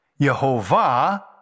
Yehovah